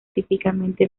típicamente